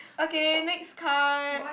okay next card